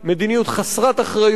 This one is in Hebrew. מדיניות חסרת אחריות,